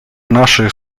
naszych